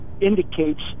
indicates